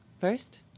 First